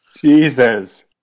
Jesus